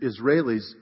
Israelis